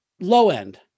low-end